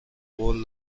قول